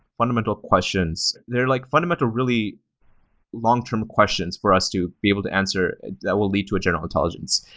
fundamental questions. they're like fundamental, really long term questions for us to be able to answer that will lead to a general intelligence.